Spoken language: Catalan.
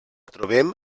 trobem